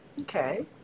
Okay